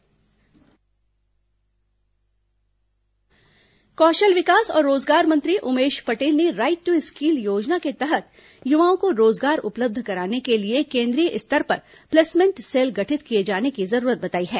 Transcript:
कौशल विकास placement cell कौशल विकास और रोजगार मंत्री उमेश पटेल ने राइट टू स्किल योजना के तहत युवाओं को रोजगार उपलब्ध कराने के लिए केंद्रीय स्तर पर प्लेसमेंट सेल गठित किए जाने की जरूरत बताई है